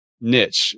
niche